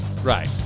Right